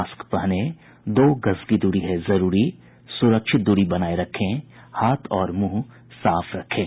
mask पहने दो गज की दूरी है जरूरी सुरक्षित दूरी बनाए रखें हाथ और मुंह साफ रखें